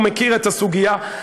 הוא מכיר את הסוגיה,